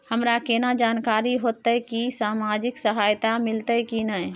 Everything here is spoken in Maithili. हमरा केना जानकारी होते की सामाजिक सहायता मिलते की नय?